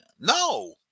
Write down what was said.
No